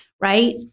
right